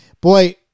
boy